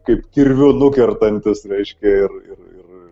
kaip kirviu nukertantis reiškia ir ir ir